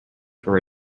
for